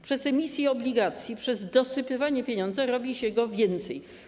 Przez emisję obligacji, przez dosypywanie pieniądza robi się go więcej.